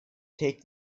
take